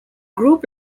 group